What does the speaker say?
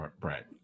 Brett